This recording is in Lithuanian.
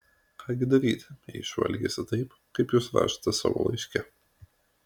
ką gi daryti jei šuo elgiasi taip kaip jūs rašote savo laiške